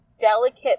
delicate